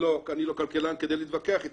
אני לא כלכלן כדי להתווכח אתה